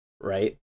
right